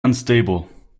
unstable